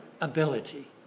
ability